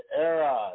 era